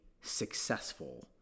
successful